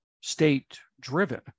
state-driven